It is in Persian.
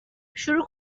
شروع